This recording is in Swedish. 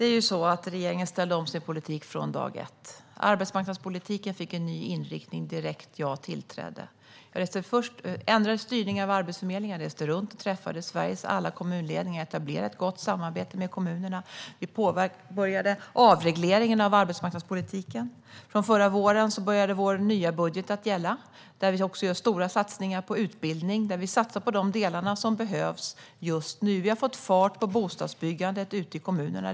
Fru talman! Regeringen ställde om politiken från dag ett. Arbetsmarknadspolitiken fick en ny inriktning direkt då jag tillträdde. Jag ändrade styrningen av Arbetsförmedlingen, och jag reste runt och träffade Sveriges alla kommunledningar för att etablera ett gott samarbete med kommunerna. Vi påbörjade avregleringen av arbetsmarknadspolitiken. Från våren började vår nya budget att gälla, där vi också gör stora satsningar på utbildning. Vi satsar på de delar som behövs just nu. Vi har fått fart på bostadsbyggandet ute i kommunerna.